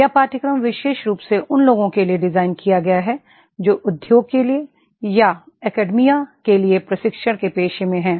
यह पाठ्यक्रम विशेष रूप से उन लोगों के लिए डिज़ाइन किया गया है जो उद्योग के लिए या एकेडेमिया के लिए प्रशिक्षण के पेशे में हैं